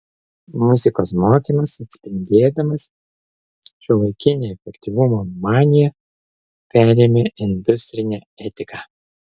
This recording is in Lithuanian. muzikos mokymas atspindėdamas šiuolaikinę efektyvumo maniją perėmė industrinę etiką